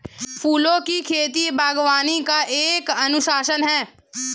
फूलों की खेती, बागवानी का एक अनुशासन है